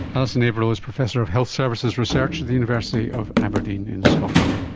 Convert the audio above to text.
alison avenell is professor of health services research at the university of aberdeen in scotland